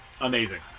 Amazing